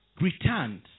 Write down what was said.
returned